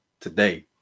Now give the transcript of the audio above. today